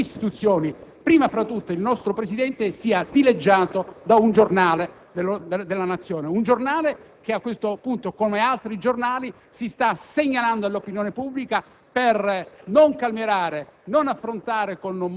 della forma di Governo, così da non consentire che le istituzioni, prima fra tutte il nostro Presidente, siano dileggiate da un giornale della Nazione. Un giornale che, come altri, si sta segnalando all'opinione pubblica